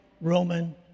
Roman